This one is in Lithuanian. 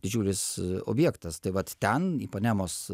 didžiulis objektas tai vat ten ipanemos